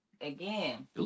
again